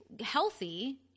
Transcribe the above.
healthy